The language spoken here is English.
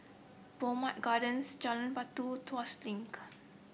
Bowmont Gardens Jalan Batu Tuas Link